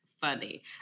funny